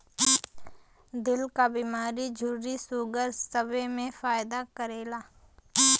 दिल क बीमारी झुर्री सूगर सबे मे फायदा करेला